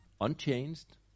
unchanged